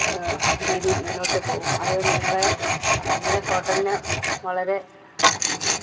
രീതിയിൽ മുന്നോട്ട് പോകും അത് നിങ്ങളെ നിങ്ങളുടെ ഹോട്ടലിനെ വളരെ